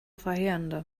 verheerender